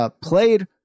played